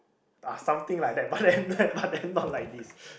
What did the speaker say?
uh something like that but then that but then not like this